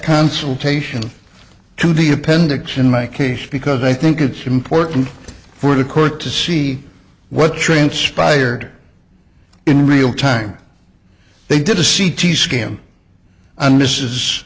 consultation to the appendix in my case because i think it's important for the court to see what transpired in real time they did a c t scan and this is